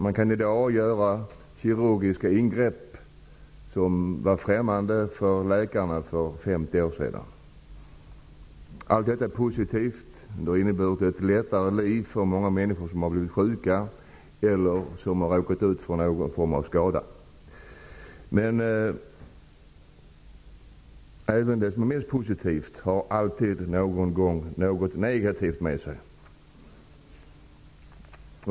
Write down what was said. Man kan i dag göra kirurgiska ingrepp som var främmande för läkarna för femtio år sedan. Allt detta är positivt. Det har inneburit ett lättare liv för många människor som har blivit sjuka eller som har råkat ut för någon form av skada. Men även det som huvudsakligen är positivt har alltid någon gång något negativt med sig.